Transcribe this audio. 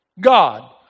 God